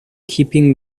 keeping